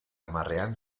hamarrean